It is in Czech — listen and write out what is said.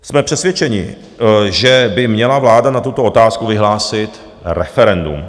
Jsme přesvědčeni, že by měla vláda na tuto otázku vyhlásit referendum.